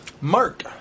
Mark